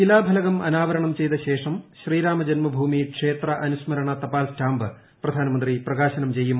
ശിലാഫലകം അനാവരണം ്ലൂച്ചയ്തശേഷം ശ്രീരാമജന്മഭൂമി ക്ഷേത്ര അനുസ്മരണ ത്യാൽസ്റ്റാമ്പ് പ്രധാനമന്ത്രി പ്രകാശനം ചെയ്യും